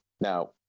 Now